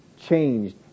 changed